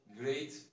great